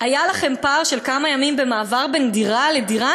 "היה לכם פער של כמה ימים במעבר בין דירה לדירה?